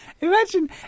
imagine